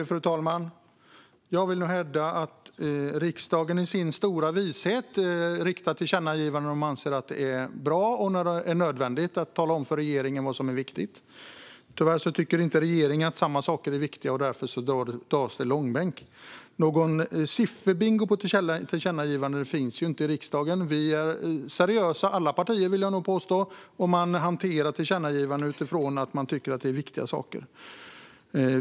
Fru talman! Jag vill nog hävda att riksdagen i sin stora vishet riktar tillkännagivanden när den anser att det är bra och nödvändigt att tala om för regeringen vad som är viktigt. Tyvärr tycker inte regeringen att samma saker är viktiga, och därför dras det i långbänk. Någon sifferbingo på tillkännagivanden finns inte i riksdagen. Jag vill nog påstå att vi alla partier är seriösa. Man hanterar tillkännagivanden utifrån att man tycker att det är viktiga saker.